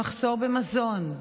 המחסור במזון,